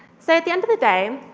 so at the end of the day,